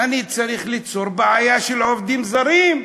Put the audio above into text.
אני צריך ליצור בעיה של עובדים זרים,